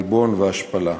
עלבון והשפלה.